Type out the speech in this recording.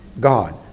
God